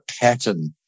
pattern